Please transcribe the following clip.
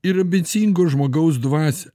ir ambicingo žmogaus dvasią